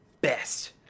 best